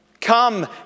Come